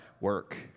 work